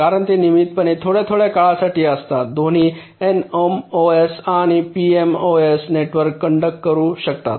कारण ते नियमितपणे थोड्या थोड्या काळासाठी असतात दोन्ही एनएमओएस आणि पीएमओएस नेटवर्क कनंडक्ट करू शकतात